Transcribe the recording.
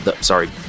Sorry